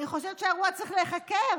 אני חושבת שהאירוע צריך להיחקר,